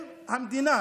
אם המדינה